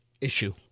issue